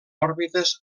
òrbites